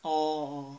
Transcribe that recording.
oh